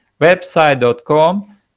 website.com